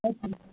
हजुर